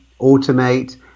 automate